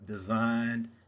designed